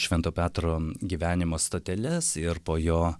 švento petro gyvenimo stoteles ir po jo